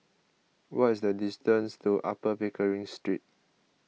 what is the distance to Upper Pickering Street